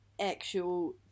actual